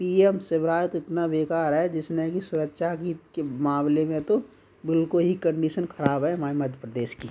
P M Shivraj तो इतना बेकार है जिसने कि सुरक्षा की के मामले में तो बिल्कुल ही कंडीशन खराब है हमारे मध्य प्रदेश की